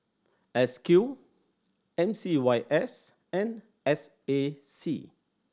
S Q M C Y S and S A C